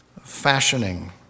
fashioning